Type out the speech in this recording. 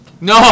No